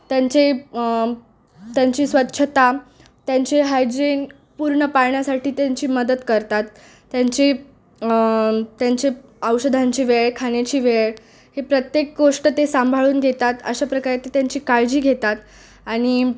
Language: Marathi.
त्यांचे त्यांची स्वच्छता त्यांचे हायजीन पूर्ण पाळण्यासाठी त्यांची मदत करतात त्यांची त्यांचे औषधांची वेळ खाण्याची वेळ हे प्रत्येक गोष्ट ते सांभाळून देतात अशा प्रकारे ते त्यांची काळजी घेतात आणि